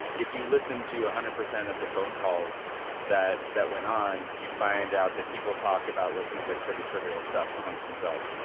if you listen to one ah hundred percent of the phone calls that that went on, you'd find out that people talk about what seems like pretty trivial stuff amongst themselves.